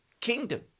kingdom